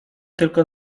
tylko